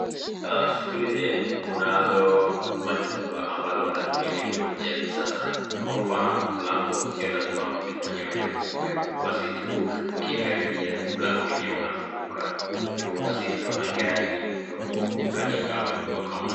Kuna majumba ambalo wanatumia teknolojia la kisasa, kama mlango sio lazima mwenyewe ufungue, basi tu ukiweza kukaribia mlango wenyewe unafunguka, hivyo basi tunaona magari iliyo katika majumba kama haya.